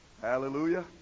Hallelujah